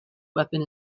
weapon